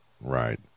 Right